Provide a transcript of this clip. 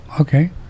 okay